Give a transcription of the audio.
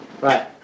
Right